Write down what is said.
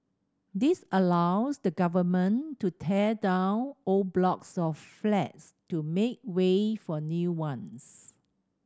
this allows the Government to tear down old blocks of flats to make way for new ones